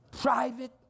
private